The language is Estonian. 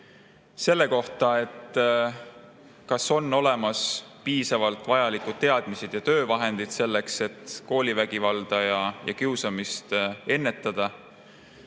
selle kohta, kas on olemas piisavalt vajalikke teadmisi ja töövahendeid, selleks et koolivägivalda ja kiusamist ennetada.